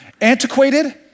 antiquated